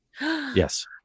Yes